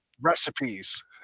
recipes